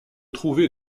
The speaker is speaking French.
trouver